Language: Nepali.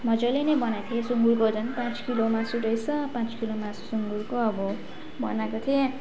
मजाले नै बनाएको थिएँ सुँगुरको झन् पाँच किलो मासु रहेछ पाँच किलो मासु सुँगुरको अब बनाएको थिएँ